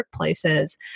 workplaces